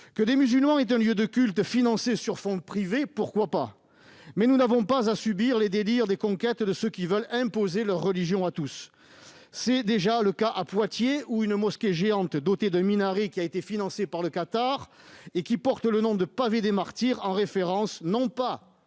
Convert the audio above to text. Que des musulmans aient un lieu de culte financé par des fonds privés, pourquoi pas ? En revanche, nous n'avons pas à subir les délires de conquête de ceux qui veulent imposer leur religion à tous. C'est déjà le cas à Poitiers, où une mosquée géante dotée d'un minaret a été financée par le Qatar. Elle porte le nom de Pavé des martyrs, en référence non pas